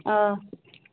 آ